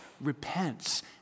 repents